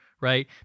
right